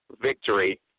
victory